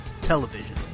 Television